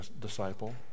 disciple